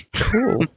Cool